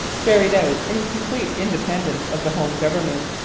carried out in complete independence of the home government,